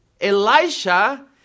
Elisha